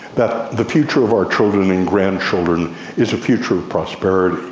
that the future of our children and grandchildren is a future of prosperity.